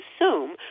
assume